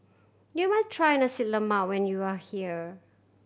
you must try Nasi Lemak when you are here